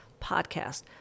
podcast